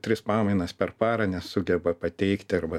tris pamainas per parą nesugeba pateikti arba